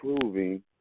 proving